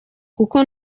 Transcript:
kuko